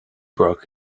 brook